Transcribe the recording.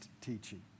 teaching